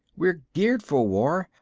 we're geared for war.